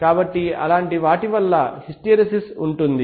కాబట్టి అలాంటి వాటి వల్ల హిస్టెరిసిస్ ఉంటుంది